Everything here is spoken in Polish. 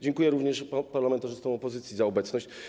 Dziękuję również parlamentarzystom opozycji za obecność.